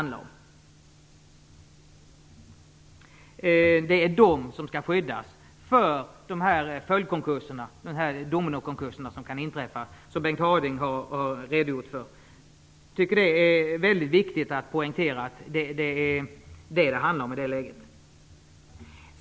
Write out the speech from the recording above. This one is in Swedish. Det är de som skall skyddas för de följdkonkurser, de s.k. dominokonkurser, som kan inträffa, och som Bengt Harding Olson har redogjort för. Det är väldigt viktigt att poängtera att det är vad det handlar om i det läget.